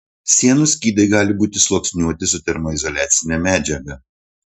sienų skydai gali būti sluoksniuoti su termoizoliacine medžiaga